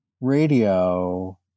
radio